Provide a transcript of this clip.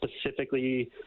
specifically